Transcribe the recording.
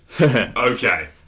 Okay